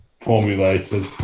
formulated